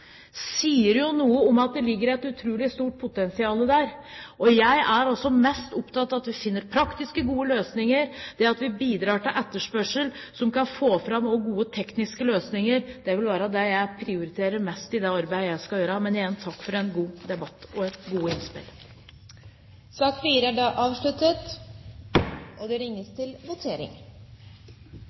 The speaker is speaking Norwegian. sier jo noe om at det ligger et utrolig stort potensial der, og jeg er mest opptatt av at vi finner praktiske, gode løsninger. Det at vi bidrar til etterspørsel som kan få fram også gode tekniske løsninger, vil være det jeg prioriterer mest i det arbeidet jeg skal gjøre. Men igjen: takk for en god debatt og gode innspill. Debatten i sak nr. 4 er avsluttet. Stortinget går til votering.